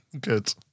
Good